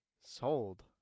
Sold